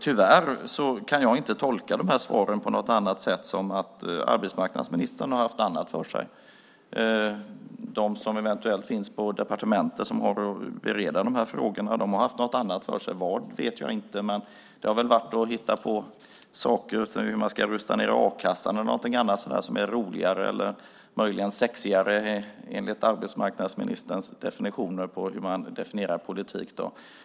Tyvärr kan jag inte tolka svaren på något annat sätt än att arbetsmarknadsministern har haft något annat för sig. De som eventuellt finns på departementet och som har att bereda de här frågorna har haft något annat för sig. Vad, vet jag inte, men det har väl varit att hitta på hur man ska rusta ned a-kassan eller någonting annat som är roligare eller möjligen sexigare, enligt arbetsmarknadsministerns definitioner på politik.